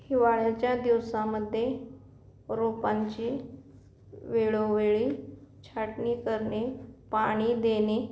हिवाळ्याच्या दिवसामध्ये रोपांची वेळोवेळी छाटणी करणे पाणी देणे